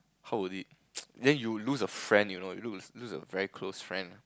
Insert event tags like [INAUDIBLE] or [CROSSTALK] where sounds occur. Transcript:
how was it [NOISE] then you lose a friend you know lose a very close friend